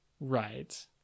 Right